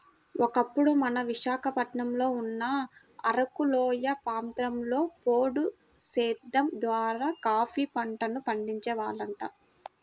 ఒకప్పుడు మన విశాఖపట్నంలో ఉన్న అరకులోయ ప్రాంతంలో పోడు సేద్దెం ద్వారా కాపీ పంటను పండించే వాళ్లంట